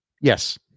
Yes